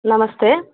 ನಮಸ್ತೆ